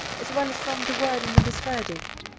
as well as from the wording of his verdict.